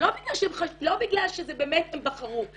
לא בגלל שבאמת הן בחרו,